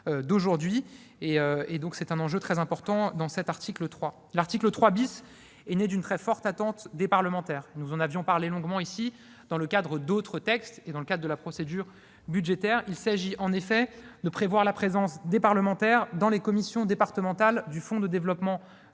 est l'enjeu, très important, de cet article 3. L'article 3 est né d'une très forte attente des parlementaires. Nous en avions parlé longuement, ici, dans le cadre de l'examen d'autres textes et de la procédure budgétaire : il s'agit en effet de prévoir la présence des parlementaires dans les commissions départementales du fonds pour le développement de